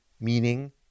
meaning